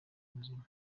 muzima